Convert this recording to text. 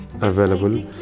available